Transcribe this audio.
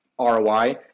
ROI